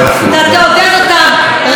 אתה לא מבין את ההסדר הזה.